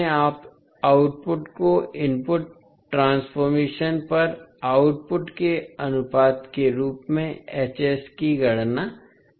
अब दोनों विधियों में आप आउटपुट को इनपुट ट्रांसफ़ॉर्मेशन पर आउटपुट के अनुपात के रूप में की गणना करते हैं